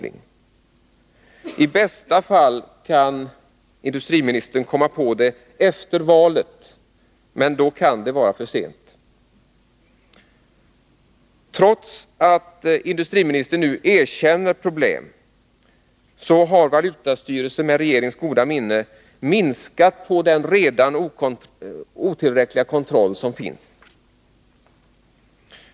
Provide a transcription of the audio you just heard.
I bästa fall kan han komma på det efter valet, men då kan det vara för sent. Trots att industriministern nu erkänner problemen har valutastyrelsen med regeringens goda minne minskat den redan otillräckliga kontrollen.